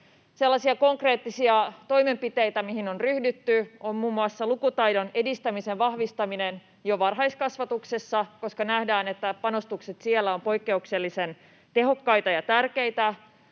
Sellaisia konkreettisia toimenpiteitä, mihin on ryhdytty, on muun muassa lukutaidon edistämisen vahvistaminen jo varhaiskasvatuksessa, koska nähdään, että panostukset siellä ovat poikkeuksellisen tehokkaita ja tärkeitä.